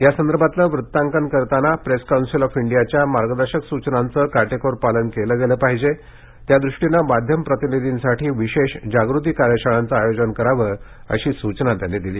यासंदर्भातलं वृत्तांकन करताना प्रेस कौन्सिल ऑफ इंडियाच्या मार्गदर्शक सूचनांचं काटेकोर पालन केलं गेलं पाहिजे त्यादृष्टीनं माध्यम प्रतिनिधींसाठी विशेष जागृती कार्यशाळांचं आयोजन करावं अशी सूचनाही त्यांनी केली